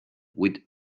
with